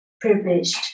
privileged